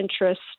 interest